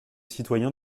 citoyens